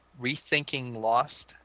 rethinkinglost